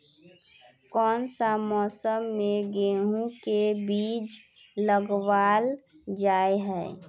कोन सा मौसम में गेंहू के बीज लगावल जाय है